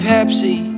Pepsi